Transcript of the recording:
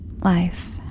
Life